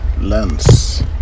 lens